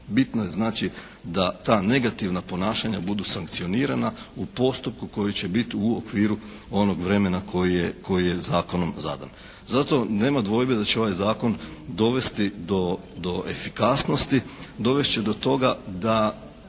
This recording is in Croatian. Bitno je znači da ta negativna ponašanja budu sankcionirana u postupku koji će biti u okviru onog vremena koji je zakon zadan. Zato nema dvojbe da će ovaj zakon dovesti do efikasnosti. Dovest će do toga da